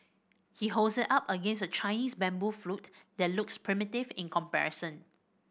he holds it up against a Chinese bamboo flute that looks primitive in comparison